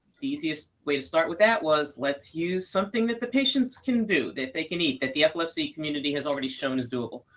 the easiest way to start with that was let's use something that the patients can do, that they can eat, that the epilepsy community has already shown is doable.